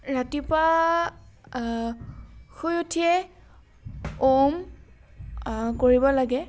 ৰাতিপুৱা শুই উঠিয়ে ঔম কৰিব লাগে